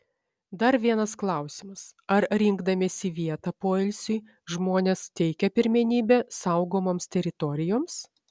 dar vienas klausimas ar rinkdamiesi vietą poilsiui žmonės teikia pirmenybę saugomoms teritorijoms